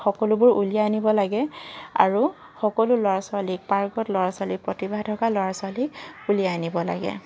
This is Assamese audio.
সকলোবোৰ উলিয়াই আনিব লাগে আৰু সকলো ল'ৰা ছোৱালী পাৰ্গত ল'ৰা ছোৱালী প্ৰতিভা থকা ল'ৰা ছোৱালী উলিয়াই আনিব লাগে